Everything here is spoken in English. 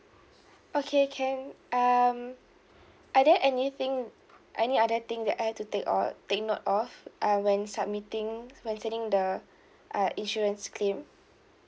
okay can um are there anything any other thing that I had to take or take note of uh when submitting when sending the uh insurance claim